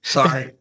Sorry